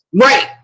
right